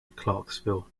clarksville